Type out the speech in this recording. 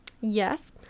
Yes